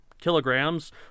kilograms